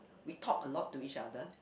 we talk a lot to each other